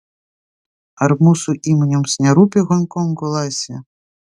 ar mūsų įmonėms nerūpi honkongo laisvė